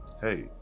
hey